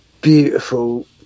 beautiful